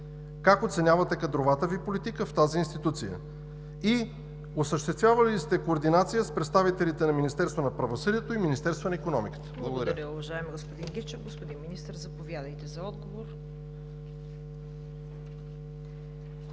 Как оценявате кадровата Ви политика в тази институция? Осъществявали ли сте координация с представителите на Министерството